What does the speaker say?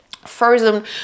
frozen